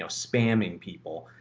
so spamming people,